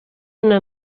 una